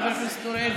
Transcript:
חבר הכנסת אוריאל,